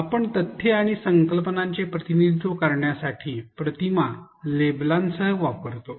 आपण तथ्ये आणि संकल्पनांचे प्रतिनिधित्व करण्यासाठी प्रतिमा लेबलांसह वापरतो